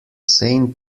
same